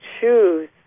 choose